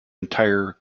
entire